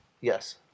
Yes